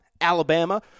Alabama